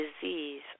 disease